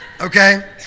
Okay